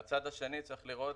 מהצד השני צריך לראות